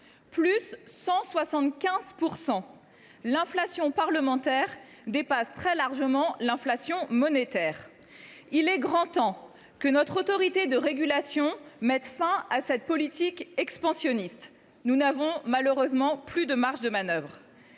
plus tard. L’inflation parlementaire, de 175 %, dépasse très largement l’inflation monétaire ! Il est grand temps que notre autorité de régulation mette fin à cette politique expansionniste. Nous n’avons malheureusement plus de marges de manœuvre.